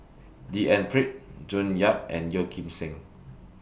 D N Pritt June Yap and Yeo Kim Seng